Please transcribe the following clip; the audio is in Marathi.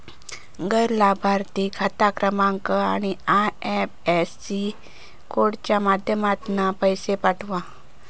गैर लाभार्थिक खाता क्रमांक आणि आय.एफ.एस.सी कोडच्या माध्यमातना पैशे पाठव